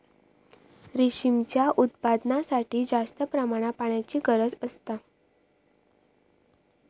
रेशीमच्या उत्पादनासाठी जास्त प्रमाणात पाण्याची गरज असता